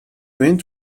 went